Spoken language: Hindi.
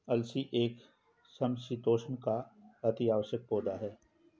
अलसी एक समशीतोष्ण का अति आवश्यक पौधा है